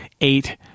eight